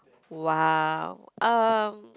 !wow! um